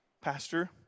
Pastor